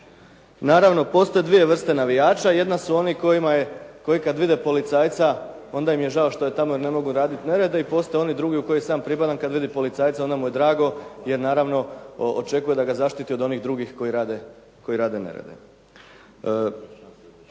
Naravno, postoje dvije vrste navijača. Jedna su oni koji kad vide policajca onda im je žao što tamo ne mogu raditi nerede i postoje oni drugi u koje i sam pripadam kad vidi policajca onda mu je drago jer naravno očekuje da ga zaštiti od onih drugih koji rade nerede.